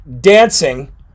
dancing